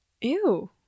Ew